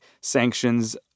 sanctions